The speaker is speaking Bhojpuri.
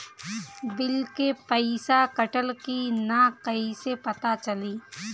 बिल के पइसा कटल कि न कइसे पता चलि?